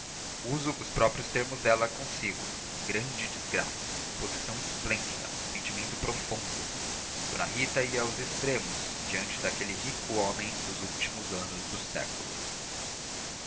uso os próprios termos dela consigo grande desgraça posição esplêndida sentimento profundo d rita ia aos extremos diante daquele rico homem dos últimos anos do século